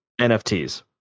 NFTs